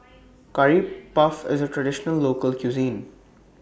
Curry Puff IS A Traditional Local Cuisine